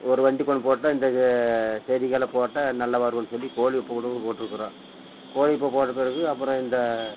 ஒரு வண்டி கொண்டு போட்டேன் இந்த செடிக்கெல்லாம் போட்டால் நல்ல வருவன் சொல்லி கோழி குப்பை கூட போட்டிருக்கிறோம் கோழி குப்பை போட்ட பிறகு அப்புறம் இந்த